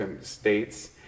states